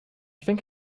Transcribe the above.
think